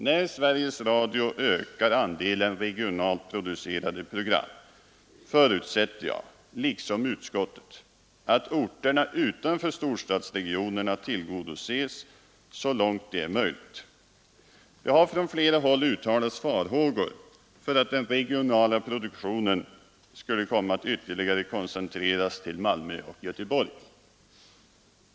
När Sveriges Radio ökar andelen regionalt producerade program förutsätter jag, liksom utskottet, att orterna utanför storstadsregionerna tillgodoses så långt det är möjligt. Det har från flera håll uttalats farhågor för att den regionala programproduktionen skulle komma att ytterligare koncentreras till Malmö och Göteborg.